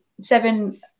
Seven